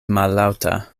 mallaŭta